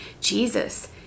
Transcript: Jesus